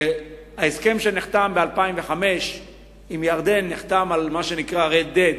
ההסכם שנחתם ב-2005 עם ירדן נחתם על מה שנקרא "Red Dead"